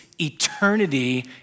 eternity